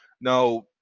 now